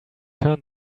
turn